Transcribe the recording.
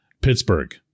Pittsburgh